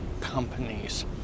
companies